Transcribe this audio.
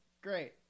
great